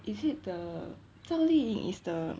is it the zhao li ying is the